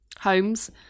Homes